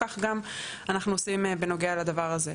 כך גם אנחנו עושים בנוגע לדבר הזה.